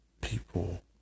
people